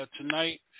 tonight